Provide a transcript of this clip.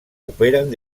operen